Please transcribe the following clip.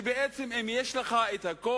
בעצם, אם יש לך הכוח,